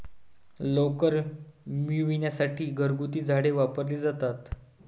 लोकर मिळविण्यासाठी घरगुती झाडे वापरली जातात